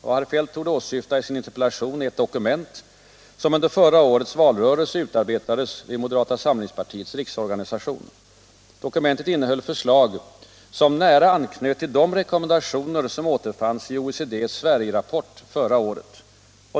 Vad herr Feldt torde åsyfta i sin interpellation är ett dokument, som under förra årets valrörelse utarbetades i moderata samlingspartiets riksorganisation. Dokumentet innehöll förslag, som nära anknöt till de rekommendationer som återfanns i OECD:s Sverigerapport förra året.